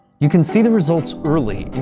you can see the results early,